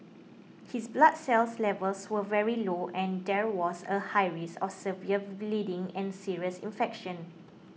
his blood cells levels were very low and there was a high risk of severe bleeding and serious infection